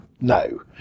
No